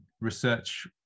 research